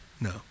No